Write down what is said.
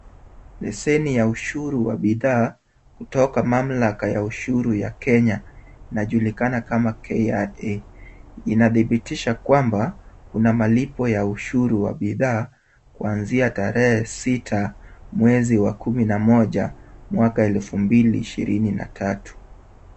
Leseni ya ushuru wa bidhaa, kutoka mamlaka ya ushuru ya Kenya inayojulikana kama KRA, inadhibitisha kwamba kuna malipo ya ushuru wa bidhaa kuanzia tarehe ya sita, mwezi wa kumi na moja, mwaka wa 2003.